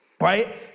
right